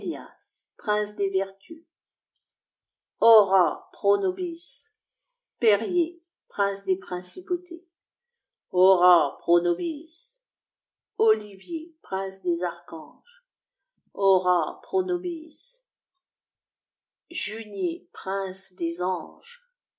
prince des vertus ora pro nobis perrier prince des principautés ora pro nobis olivier prince des archanges ora pro nobis junier prince des anges